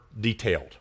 detailed